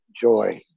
joy